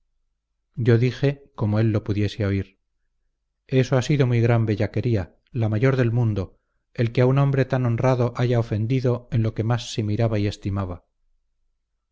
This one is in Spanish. yo dije como él lo pudiese oír eso ha sido muy gran bellaquería la mayor del mundo el que a un hombre tan honrado hayan ofendido en lo que más se miraba y estimaba